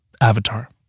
Avatar